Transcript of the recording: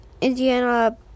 Indiana